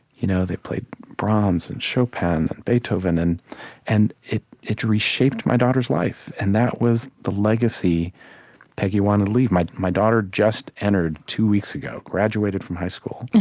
you know they played brahms and chopin and beethoven. and and it it reshaped my daughter's life, and that was the legacy peggy wanted to leave my my daughter just entered two weeks ago, graduated from high school,